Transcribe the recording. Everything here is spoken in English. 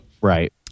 Right